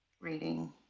reading